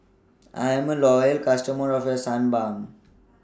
I'm A Loyal customer of A Suu Balm